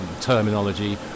terminology